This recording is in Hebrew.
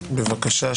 בבקשה,